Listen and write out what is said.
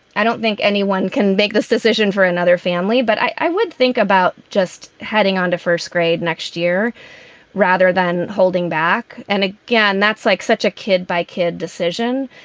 i don't think anyone can make this decision for another family, but i would think about just heading on to first grade next year rather than holding back. and again, that's like such a kid by kid decision.